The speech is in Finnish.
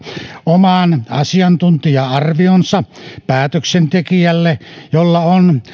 oman asiantuntija arvionsa päätöksentekijälle jolla on